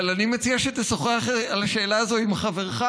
אבל אני מציע שתשוחח על השאלה הזאת עם חברך